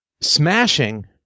smashing